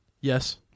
Yes